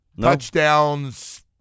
Touchdowns